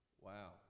Wow